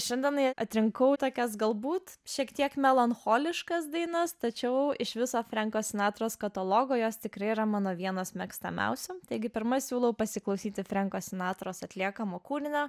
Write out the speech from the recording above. šiandienai atrinkau tokias galbūt šiek tiek melancholiškas dainas tačiau iš viso frenko sinatros katalogo jos tikrai yra mano vienas mėgstamiausių taigi pirma siūlau pasiklausyti frenko sinatros atliekamo kūrinio